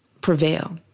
prevail